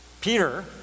Peter